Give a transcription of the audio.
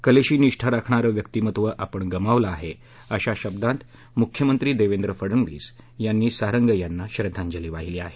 कलेशी निष्ठा राखणारं व्यक्तिमत्व आपण गमावलं आहे अशा शब्दांत मुख्यमंत्री देवेंद्र फडणवीस यांनी सारंग यांना श्रद्धांजली वाहिली आहे